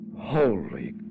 Holy